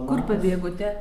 kur pabėgote